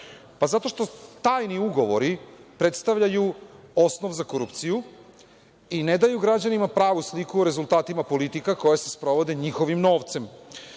Zato što tajni ugovori predstavljaju osnov za korupciju i ne daju građanima pravu sliku o rezultatima politika koje se sprovode njihovim novcem.